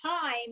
time